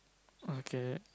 okay